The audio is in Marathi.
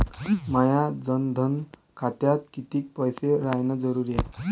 माया जनधन खात्यात कितीक पैसे रायन जरुरी हाय?